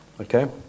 Okay